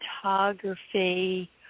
Photography